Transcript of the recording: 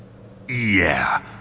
yeah,